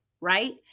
right